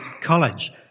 College